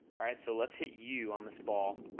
alright? so let's hit u on this ball,